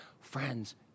Friends